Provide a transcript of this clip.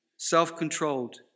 self-controlled